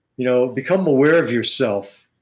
you know become aware of yourself.